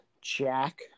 Jack